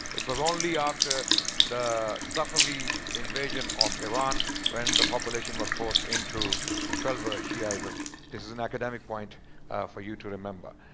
it was only after the safavid invasion of iran when the population was forced into twelver shiaism this is an academic point for you to remember.